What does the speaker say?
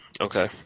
okay